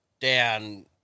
down